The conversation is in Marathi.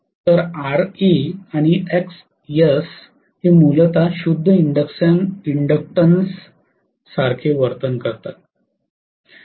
तर Ra आणि Xs हे मूलतः शुद्ध इंडक्शनन्स सारखे वर्तन करतात